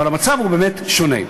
אבל המצב הוא באמת שונה,